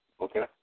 okay